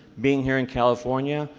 being here in california,